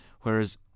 whereas